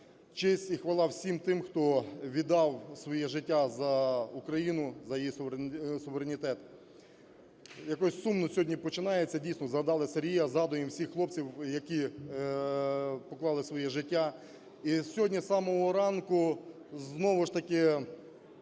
Честь і хвала всім тим, хто віддав своє життя за Україну, за її суверенітет! Якось сумно сьогодні починається, дійсно, згадали Сергія, згадуємо всіх хлопців, які поклали своє життя. І сьогодні з самого ранку знову ж таки